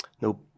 no